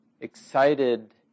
excited